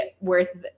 worth